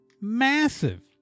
massive